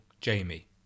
Jamie